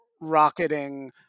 rocketing